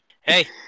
Hey